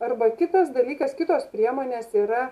arba kitas dalykas kitos priemonės yra